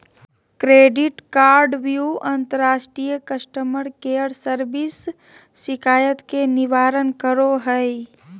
credit कार्डव्यू अंतर्राष्ट्रीय customer care service शिकायत के निवारण करो हइ